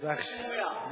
זאת פרסומת לא סמויה.